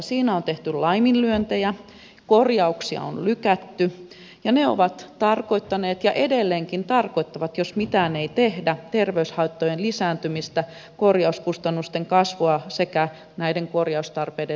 siinä on tehty laiminlyöntejä korjauksia on lykätty ja ne ovat tarkoittaneet ja edelleenkin tarkoittavat jos mitään ei tehdä terveyshaittojen lisääntymistä korjauskustannusten kasvua sekä näiden korjaustarpeiden lisääntymistä